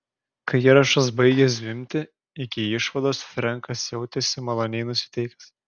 kai įrašas baigė zvimbti iki išvados frenkas jautėsi maloniai nusiteikęs